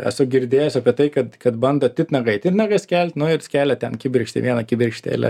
esu girdėjęs apie tai kad kad bando titnagą į titnagą skelt nu ir skelia ten kibirkštį vieną kibirkštėlę